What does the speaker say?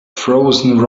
frozen